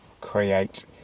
create